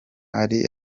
ari